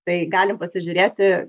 tai galim pasižiūrėti